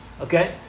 Okay